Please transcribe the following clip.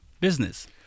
business